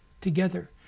together